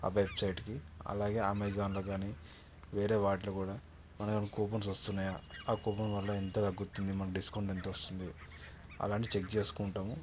ఆ వెబ్సైట్కి అలాగే అమెజాన్లో కానీ వేరే వాటిలో కూడా మనవి ఏవైనా కూపన్స్ వస్తున్నాయా ఆ కూపన్ వల్ల ఎంత తగ్గుతుంది మనకి డిస్కౌంట్ ఎంత వస్తుంది అలాంటివి చెక్ చేసుకుంటాము